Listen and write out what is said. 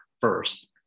first